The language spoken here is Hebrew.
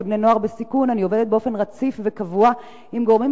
ובני-נוער בסיכון אני עובדת באופן רציף וקבוע עם גורמים